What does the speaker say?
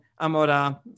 Amora